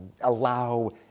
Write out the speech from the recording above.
allow